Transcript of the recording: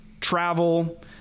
travel